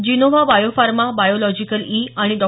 Gennova Biopharma Biological E आणि डॉ